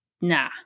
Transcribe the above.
Nah